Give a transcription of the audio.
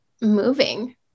moving